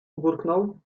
burknął